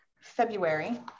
February